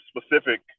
specific